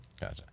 Gotcha